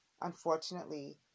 Unfortunately